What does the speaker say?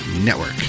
network